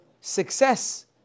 success